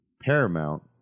Paramount